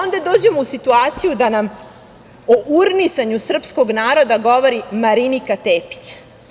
Onda dođemo u situaciju da nam o urnisanju srpskog naroda govori Marinika Tepić.